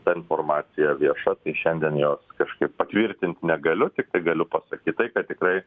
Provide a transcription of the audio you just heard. ta informacija vieša tai šiandien jos kažkaip patvirtint negaliu tiktai galiu pasakyt tai kad tikrai